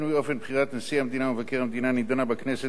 שינוי אופן בחירת נשיא המדינה ומבקר המדינה) נדונה בכנסת